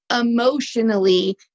emotionally